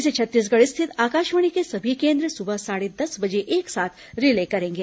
इसे छत्तीसगढ़ स्थित आकाशवाणी के सभी केन्द्र सुबह साढ़े दस बजे एक साथ रिले करेंगे